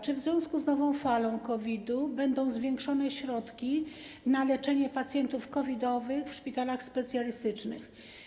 Czy w związku z nową falą COVID-u będą zwiększone środki na leczenie pacjentów COVID-owych w szpitalach specjalistycznych?